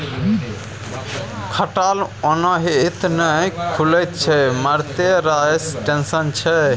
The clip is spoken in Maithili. खटाल ओनाहिते नहि खुलैत छै मारिते रास टेंशन छै